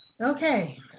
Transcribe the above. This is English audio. Okay